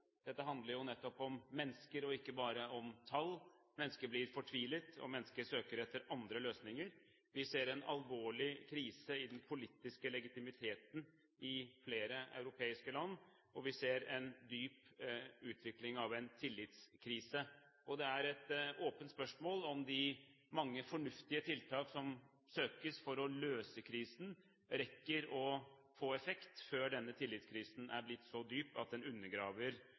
Dette handler jo nettopp om mennesker og ikke bare om tall. Mennesker blir fortvilet, og mennesker søker etter andre løsninger. Vi ser en alvorlig krise i den politiske legitimiteten i flere europeiske land, og vi ser en utvikling av en dyp tillitskrise. Det er et åpent spørsmål om de mange fornuftige tiltak som søkes for å løse krisen, rekker å få effekt før denne tillitskrisen er blitt så dyp at den undergraver